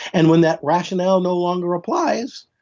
and when that rationale no longer applies,